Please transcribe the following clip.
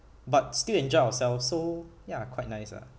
but still enjoyed ourselves so ya quite nice ah